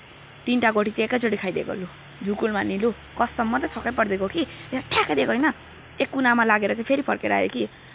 तिनवटा गोटी चाहिँ एकैचोटी खाइदेको लु झुक्कुलमा नि लु कसम म त छक्कै परिदिएको को कि ठ्याक्कै दिएको कि एक कुनामा लागेर चाहिँ फेरि फर्केर आयो कि